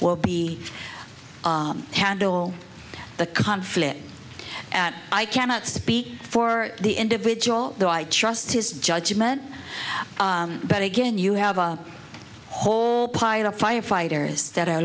will be handle the conflict and i cannot speak for the individual though i trust his judgment but again you have a whole pile of firefighters that are